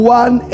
one